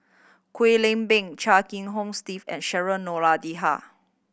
Kwek Leng Beng Chia Kiah Hong Steve and Cheryl Noronha